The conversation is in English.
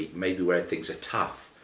maybe where things are tough,